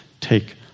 take